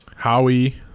Howie